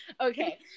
Okay